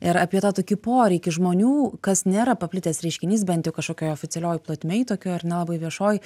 ir apie tą tokį poreikį žmonių kas nėra paplitęs reiškinys bent jau kažkokio oficialioji plotmėj tokioj ar ne labai viešoj